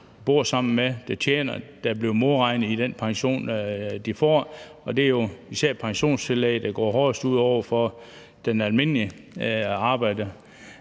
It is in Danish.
de bor sammen med, og som bliver modregnet i den pension, de får. Det er jo især pensionstillæg, det går hårdest ud over for den almindelige arbejder.